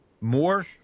More